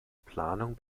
planung